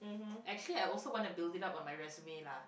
actually I also want to build it out on my resume lah